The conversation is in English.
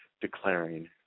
declaring